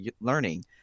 learning